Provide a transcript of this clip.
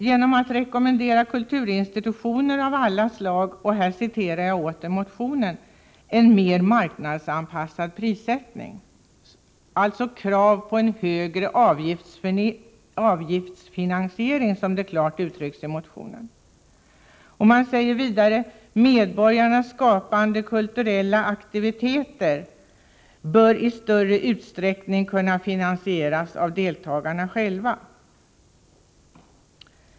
De vill rekommendera kulturinstitutioner av alla slag — och här citerar jag motionen — ”en mer marknadsanpassad prissättning”, alltså krav på en högre avgiftsfinansiering, som det klart uttrycks i motionen. Man säger vidare att medborgarnas skapande kulturella aktiviteter i större utsträckning bör kunna finansieras av deltagarna själva.